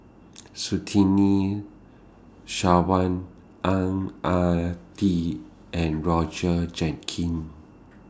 Surtini Sarwan Ang Ah Tee and Roger Jenkins